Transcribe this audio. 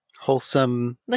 Wholesome